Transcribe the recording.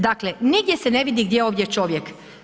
Dakle, nigdje se ne vidi gdje je ovdje čovjek.